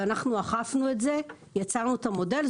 אנחנו אכפנו את זה, יצרנו את המודל.